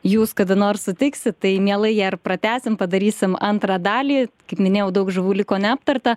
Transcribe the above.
jūs kada nors sutiksit tai mielai ją pratęsim padarysim antrą dalį kaip minėjau daug žuvų liko neaptarta